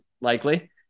likely